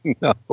No